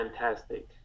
fantastic